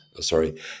sorry